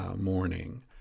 morning